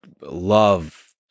love